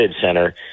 Center